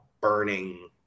burning